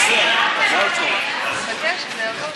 תקשיב,